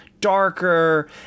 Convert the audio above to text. darker